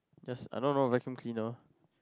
just I am not wrong vacuum cleaner